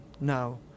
now